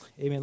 Amen